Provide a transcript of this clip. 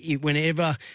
whenever